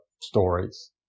stories